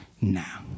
now